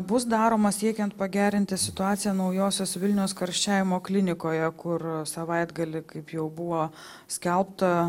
bus daroma siekiant pagerinti situaciją naujosios vilnios karščiavimo klinikoje kur savaitgalį kaip jau buvo skelbta